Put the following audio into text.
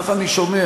כך אני שומע.